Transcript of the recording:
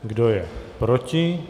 Kdo je proti?